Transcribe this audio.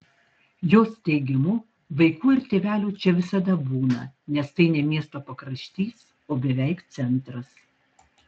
jos teigimu vaikų ir tėvelių čia visada būna nes tai ne miesto pakraštys o beveik centras